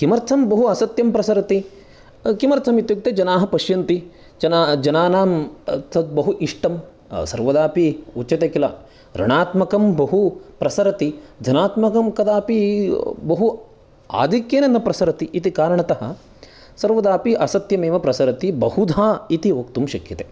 किमर्थं बहु असत्यं प्रसरति किमर्थं इत्युक्ते जनाः पश्यन्ति जना जनानां तद् बहु इष्टं सर्वदापी उच्यते किल रणात्मकं बहु प्रसरति धनात्मकं कदापि बहु आधिक्येन न प्रसरति इति कारणतः सर्वदापि असत्यं एव प्रसरति बहुधा इति वक्तुं शक्यते